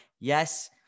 Yes